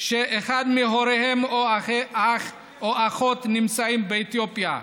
שאחד מהוריהם או אח או אחות נמצאים באתיופיה.